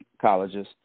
colleges